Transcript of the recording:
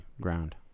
ground